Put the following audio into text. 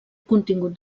contingut